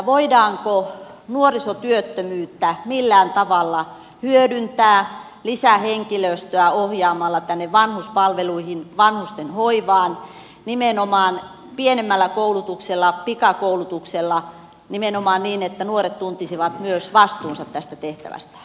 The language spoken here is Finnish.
voidaanko nuorisotyöttömyyttä millään tavalla hyödyntää ohjaamalla lisähenkilöstöä näihin vanhuspalveluihin vanhusten hoivaan nimenomaan pienemmällä koulutuksella pikakoulutuksella nimenomaan niin että nuoret tuntisivat myös vastuunsa tästä tehtävästään